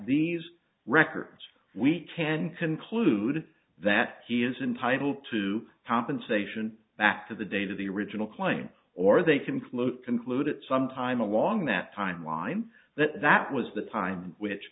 these records we can conclude that he is entitled to compensation back to the date of the original claim or they conclude conclude at some time along that timeline that that was the time which